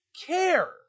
care